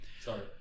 sorry